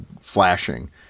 flashing